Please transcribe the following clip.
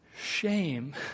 shame